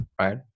right